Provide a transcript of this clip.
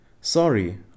Sorry